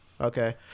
Okay